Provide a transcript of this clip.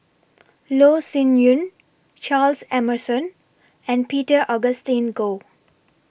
Loh Sin Yun Charles Emmerson and Peter Augustine Goh